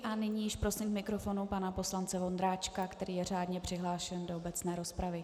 A nyní již prosím k mikrofonu pana poslance Vondráčka, který je řádně přihlášen do obecné rozpravy.